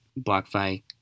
BlockFi